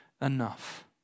enough